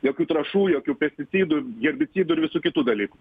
jokių trąšų jokių pesticidų herbicidų ir visų kitų dalykų